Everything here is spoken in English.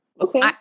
okay